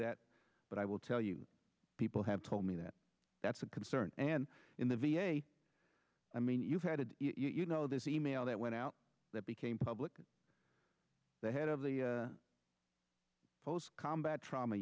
that but i will tell you people have told me that that's a concern and in the v a i mean you had you know this e mail that went out that became public and the head of the post combat trauma